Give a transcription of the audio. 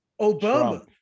Obama